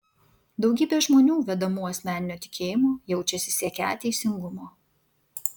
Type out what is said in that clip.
daugybė žmonių vedamų asmeninio tikėjimo jaučiasi siekią teisingumo